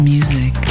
Music